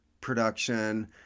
production